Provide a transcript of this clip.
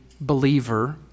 believer